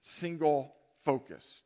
single-focused